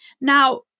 Now